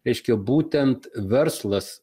reiškia būtent verslas